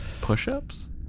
Push-ups